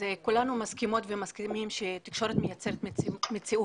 כולנו מסכימות ומסכימים שתקשורת מייצרת מציאות,